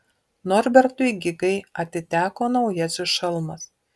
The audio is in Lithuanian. norbertui gigai atiteko naujasis šalmas